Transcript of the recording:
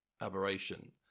aberration